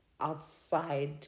outside